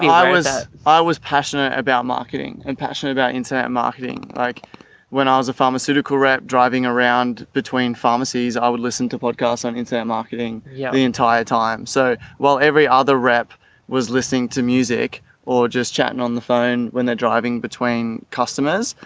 i was ah ah was passionate about marketing and passionate about internet marketing. like when i was a pharmaceutical rep driving around between pharmacies, i would listen to podcasts on internet marketing yeah the entire time. so while every other rep was listening to music or just chatting on the phone when they're driving between customers,